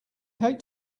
hate